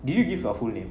did you give your full name